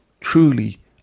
truly